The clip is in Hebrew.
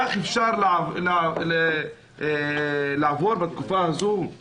כך אפשר לעבור את התקופה הזאת של